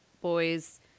Boys